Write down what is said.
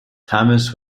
thomas